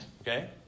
okay